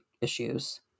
issues